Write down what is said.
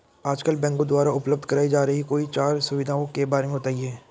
आजकल बैंकों द्वारा उपलब्ध कराई जा रही कोई चार सुविधाओं के बारे में बताइए?